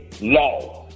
law